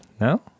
no